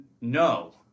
no